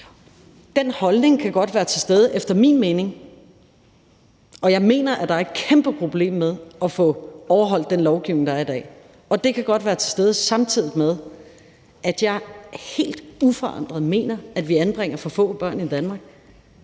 min mening godt være til stede. Og jeg mener, at der er et kæmpeproblem med at få overholdt den lovgivning, der er i dag. Det kan godt være til stede, samtidig med at jeg helt uforandret mener, at vi anbringer for få børn i Danmark.